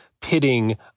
pitting